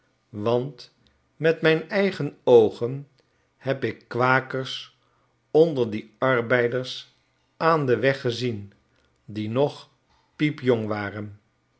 want met mijn eigen oogen heb ik kwakers onder die arbeiders aan den weg gezien die nog piepjong waren